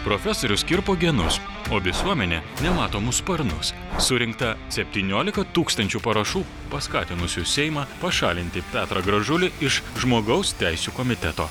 profesorius kirpo genus o visuomenė nematomus sparnus surinkta septyniolika tūkstančių parašų paskatinusių seimą pašalinti petrą gražulį iš žmogaus teisių komiteto